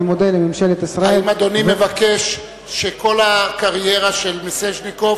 האם אדוני מבקש שכל הקריירה של מיסז'ניקוב